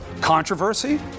controversy